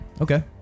Okay